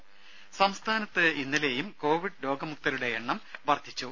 ദേദ സംസ്ഥാനത്ത് ഇന്നലെയും കോവിഡ് രോഗമുക്തരുടെ എണ്ണം വർദ്ധിച്ചു